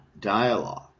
dialogue